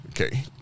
okay